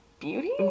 Beauty